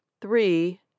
Three